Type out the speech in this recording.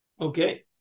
Okay